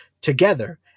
together